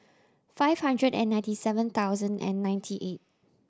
five hundred and ninety seven thousand and ninety eight